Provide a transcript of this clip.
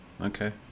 okay